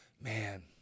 Man